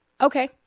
Okay